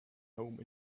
home